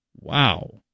Wow